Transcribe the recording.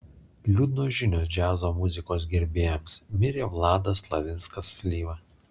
liūdnos žinios džiazo muzikos gerbėjams mirė vladas slavinskas slyva